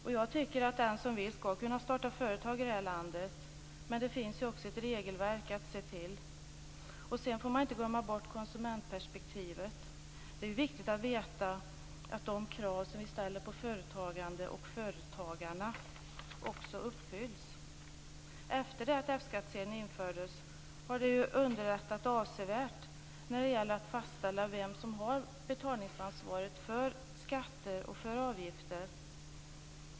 Jag tycker att den som vill skall kunna starta företag i det här landet. Men det finns också ett regelverk att se till. Sedan får man inte heller glömma bort konsumentperspektivet. Det är viktigt att veta att de krav som vi ställer på företagande och företagarna också uppfylls. Efter det att F-skattsedeln infördes har det underlättat avsevärt när det gäller att fastställa vem som har betalningsansvar för skatter och avgifter.